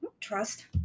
Trust